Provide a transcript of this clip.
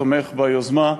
תומך ביוזמה,